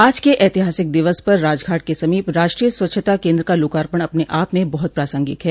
आज के ऐतिहासिक दिवस पर राजघाट के समीप राष्ट्रीय स्वच्छता केन्द्र का लोकार्पण अपने आप में बहत प्रासांगिक है